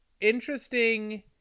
interesting